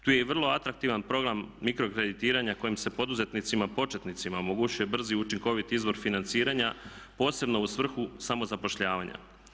Tu je i vrlo atraktivan program mikro kreditiranja kojim se poduzetnicima početnicima omogućuje brzi i učinkoviti izvor financiranja posebno u svrhu samozapošljavanja.